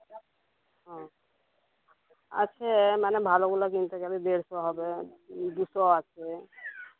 আছে মানে ভালোগুলা কিনতে যাবে দেড়শো হবে দুশো আছে